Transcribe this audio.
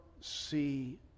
see